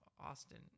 Austin